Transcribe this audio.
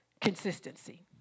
consistency